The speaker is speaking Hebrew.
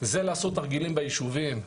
זה לעשות תרגילים ביישובים,